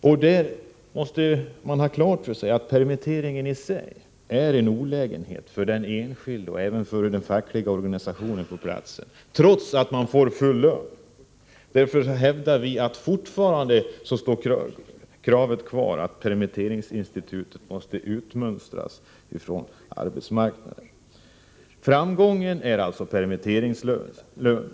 Man måste ha klart för sig att permittering i sig är en olägenhet såväl för den enskilde som för den fackliga organisationen på arbetsplatsen trots att den anställde får full lön. Därför hävdar vi att kravet på att permitteringsinstitutet skall utmönstras från arbetsmarknaden måste kvarstå. Framgången är alltså permitteringslönerna.